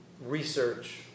research